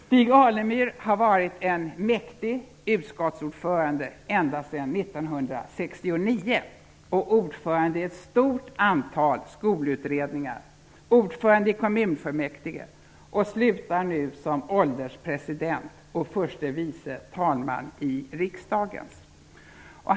Stig Alemyr har varit en mäktig utskottsordförande ända sedan 1969 och ordförande i ett stort antal skolutredningar, ordförande i kommunfullmäktige och slutar nu som ålderspresident och förste vice talman i riksdagen.